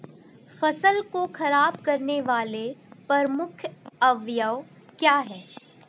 फसल को खराब करने वाले प्रमुख अवयव क्या है?